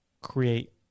create